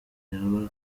byaba